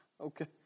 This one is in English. Okay